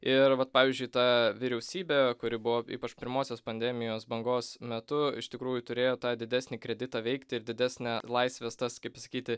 ir vat pavyzdžiui ta vyriausybė kuri buvo ypač pirmosios pandemijos bangos metu iš tikrųjų turėjo tą didesnį kreditą veikti ir didesnę laisvės tas kaip pasakyti